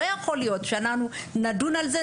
לא יכול להיות שאנחנו נדון על זה,